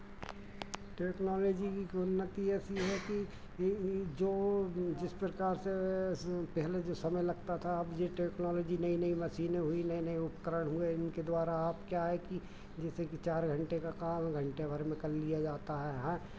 technology की उन्नति ऐसी है कि ई ई जो जिस प्रकार से इसमें पहले जो समय लगता था अब ये टेक्नोलॉजी नई नई मशीनें हुई नए नए उपकरण हुए इनके द्वारा आप क्या है कि जैसे कि चार घंटे का काम है घंटे भर में कर लिया जाता है हाँए